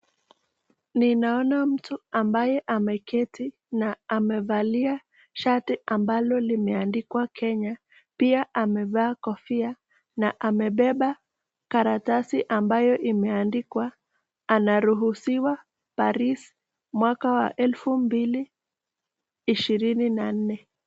Ninaona mtu ambaye ameketi na amevalia shati ambalo limeandikwa Kenya. Pia amevaa kofia na amebeba karatasi ambayo imeandikwa anaruhusiwa Paris mwaka wa 2024.